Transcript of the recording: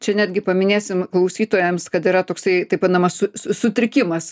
čia netgi paminėsim klausytojams kad yra toksai taip vadinamas su su sutrikimas